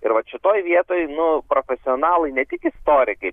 ir vat šitoj vietoj nu profesionalai ne tik istorikai